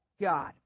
God